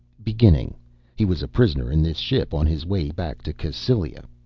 beginning he was a prisoner in this ship, on his way back to cassylia.